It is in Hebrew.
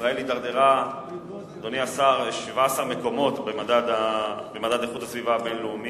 שישראל התדרדרה 17 מקומות במדד איכות הסביבה הבין-לאומי,